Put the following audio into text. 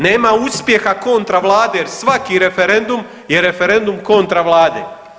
Nema uspjeha kontra Vlade jer svaki referendum je referendum kontra Vlade.